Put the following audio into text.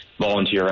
volunteer